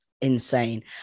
insane